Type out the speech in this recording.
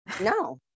No